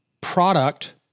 product